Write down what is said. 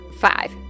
five